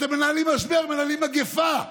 אתם מנהלים משבר, מנהלים מגפה.